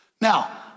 Now